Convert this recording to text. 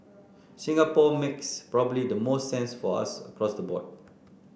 Singapore makes probably the most sense for us across the board